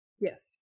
Yes